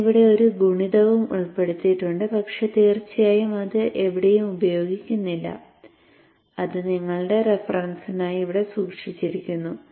ഞാൻ ഇവിടെ ഒരു ഗുണിതവും ഉൾപ്പെടുത്തിയിട്ടുണ്ട് പക്ഷേ തീർച്ചയായും ഇത് എവിടെയും ഉപയോഗിക്കുന്നില്ല അത് നിങ്ങളുടെ റഫറൻസിനായി ഇവിടെ സൂക്ഷിച്ചിരിക്കുന്നു